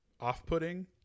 off-putting